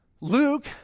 Luke